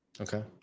Okay